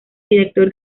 director